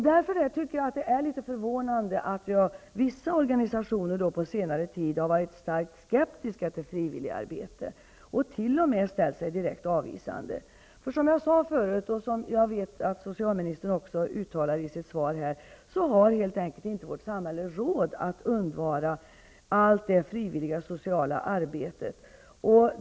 Därför är det litet förvånande att vissa organisationer på senare tid har varit starkt skeptiska till frivilligarbete och t.o.m. har ställt sig direkt avvisande. Som jag sade förut och som socialministern också uttalar i sitt svar, har vårt samhälle helt enkelt inte råd att undvara allt det frivilliga sociala arbetet.